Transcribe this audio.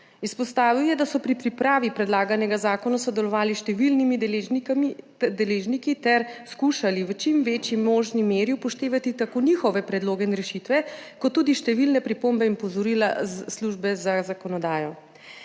Izpostavil je, da so pri pripravi predlaganega zakona sodelovali s številnimi deležniki ter skušali v čim večji možni meri upoštevati tako njihove predloge in rešitve kot tudi številne pripombe in opozorila službe za zakonodajo.